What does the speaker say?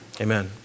Amen